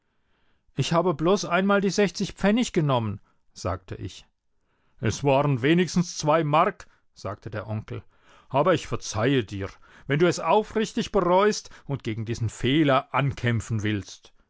ich habe bloß einmal die sechzig pfennig genommen sagte ich es waren wenigstens zwei mark sagte der onkel aber ich verzeihe dir wenn du es aufrichtig bereust und gegen diesen fehler ankämpfen willst